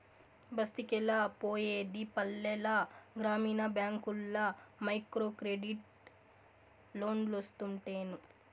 బస్తికెలా పోయేది పల్లెల గ్రామీణ బ్యాంకుల్ల మైక్రోక్రెడిట్ లోన్లోస్తుంటేను